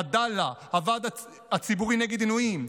עדאלה והוועד הציבורי נגד עינויים,